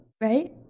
right